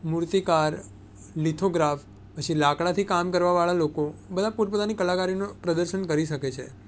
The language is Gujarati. મૂર્તિકાર લીથોગ્રાફ પછી લાકડાથી કામ કરવાવાળા લોકો બધા પોતપોતાની કલાકારીનું પ્રદર્શન કરી શકે છે